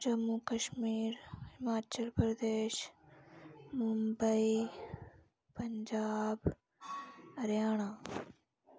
Jammu Kashmir Himachal Pradesh Mumbai Punjab Haryana